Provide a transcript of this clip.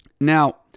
Now